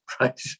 right